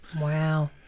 Wow